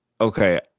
Okay